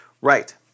Right